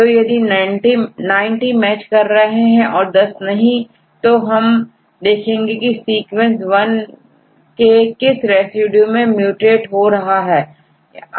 तो यदि90 मैच कर रहे हैं और 10 नहीं तो अब हम देखेंगे की सीक्वेंस 1 के किस रेसिड्यू में म्यूटएट हो रहा है